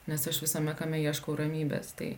nes aš visame kame ieškau ramybės tai